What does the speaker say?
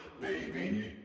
baby